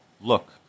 Look